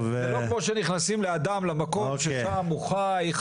זה לא כמו שנכנסים לאדם למקום ששם הוא חי,